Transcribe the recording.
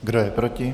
Kdo je proti?